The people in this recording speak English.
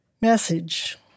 message